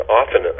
often